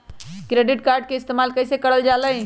Credit card के इस्तेमाल कईसे करल जा लई?